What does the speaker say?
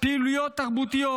פעילויות תרבותיות